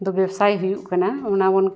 ᱫᱚ ᱵᱮᱵᱽᱥᱟᱭ ᱦᱩᱭᱩᱜ ᱠᱟᱱᱟ ᱚᱱᱟᱵᱚᱱ